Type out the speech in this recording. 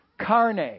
carne